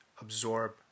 absorb